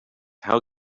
how